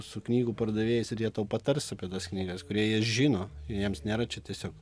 su knygų pardavėjais ir jie tau patars apie tas knygas kurie žino jiems nėra čia tiesiog